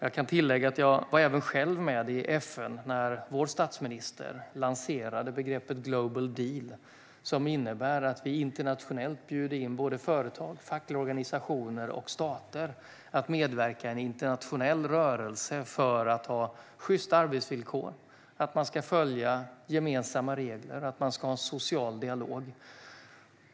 Jag kan tillägga att jag även själv var med i FN när vår statsminister lanserade begreppet Global Deal, som innebär att vi internationellt bjuder in företag, fackliga organisationer och stater att medverka i en internationell rörelse för att åstadkomma sjysta arbetsvillkor och för att man ska följa gemensamma regler och ha en social dialog.